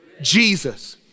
Jesus